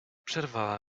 przerwała